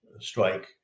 strike